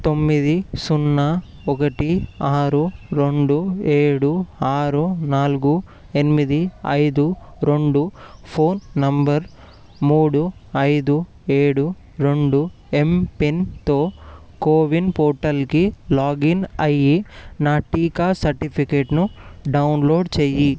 తొమ్మిది సున్నా ఒకటి ఆరు రెండు ఏడు ఆరు నాలుగు ఎనిమిది ఐదు రెండు ఫోన్ నెంబర్ మూడు ఐదు ఏడు రెండు ఎంపిన్తో కోవిన్ పోర్టల్కి లాగిన్ అయ్యి నా టీకా సర్టిఫికెట్ను డౌన్లోడ్ చేయి